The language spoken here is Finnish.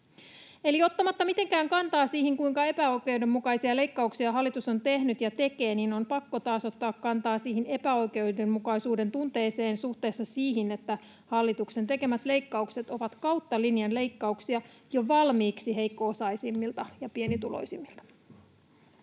Eli ottamatta mitenkään kantaa siihen, kuinka epäoikeudenmukaisia leikkauksia hallitus on tehnyt ja tekee, on pakko taas ottaa kantaa siihen epäoikeudenmukaisuuden tunteeseen suhteessa siihen, että hallituksen tekemät leikkaukset ovat kautta linjan leikkauksia jo valmiiksi heikko-osaisimmilta ja pienituloisimmilta.